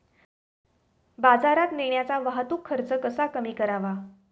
बाजारात नेण्याचा वाहतूक खर्च कसा कमी करावा?